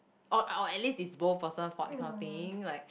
or or at least it's both person fault that kind of thing like